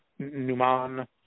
Numan